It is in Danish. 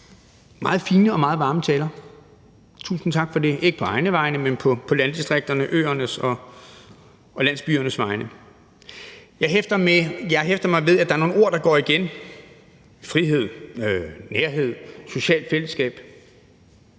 meget fine og meget varme taler. Tusind tak for det – ikke på egne vegne, men på landdistrikternes og øernes og landsbyernes vegne. Jeg hæfter mig ved, at der er nogle ord, der går igen: frihed, nærhed, socialt fællesskab.